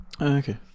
Okay